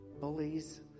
bullies